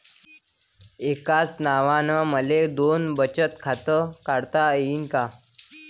एकाच नावानं मले दोन बचत खातं काढता येईन का?